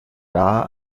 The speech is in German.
dar